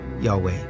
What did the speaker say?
Yahweh